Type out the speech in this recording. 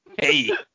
hey